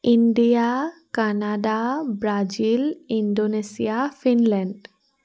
India Canada Brazil Indonesia Finland